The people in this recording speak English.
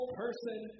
person